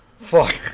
Fuck